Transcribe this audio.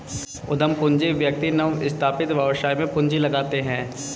उद्यम पूंजी व्यक्ति नवस्थापित व्यवसाय में पूंजी लगाते हैं